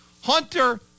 Hunter